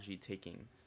taking